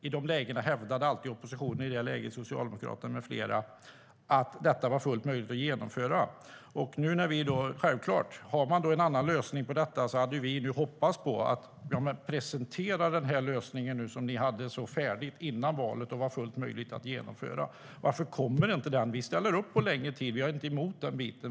I de lägena hävdade alltid oppositionen - vid det tillfället Socialdemokraterna med flera - att detta var fullt möjligt att genomföra. Har man nu en annan lösning på detta hade vi hoppats på att man presenterat den lösning som man hade så färdig innan valet och som var fullt möjlig att genomföra. Varför kommer inte den? Vi ställer upp på längre tid. Vi har ingenting emot den biten.